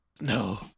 No